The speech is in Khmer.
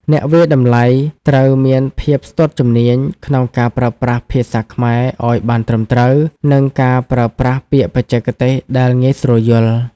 អ្នកវាយតម្លៃត្រូវមានភាពស្ទាត់ជំនាញក្នុងការប្រើប្រាស់ភាសាខ្មែរឱ្យបានត្រឹមត្រូវ និងការប្រើប្រាស់ពាក្យបច្ចេកទេសដែលងាយស្រួលយល់។